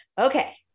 Okay